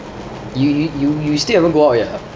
you you you still haven't go out yet ah